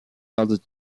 had